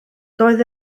doedd